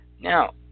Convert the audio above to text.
Now